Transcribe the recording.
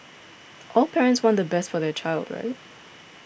all parents want the best for their child right